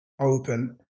open